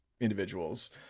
individuals